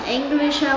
English